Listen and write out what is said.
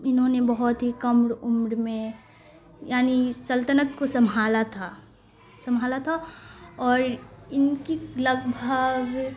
انہوں نے بہت ہی کم عمر میں یعنی سلطنت کو سنبھالا تھا سنبھالا تھا اور ان کی لگ بھگ